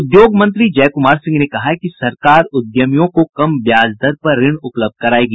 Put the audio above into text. उद्योग मंत्री जयकुमार सिंह ने कहा है कि सरकार उद्यमियों को कम ब्याज दर पर ऋण उपलब्ध करायेगी